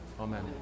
Amen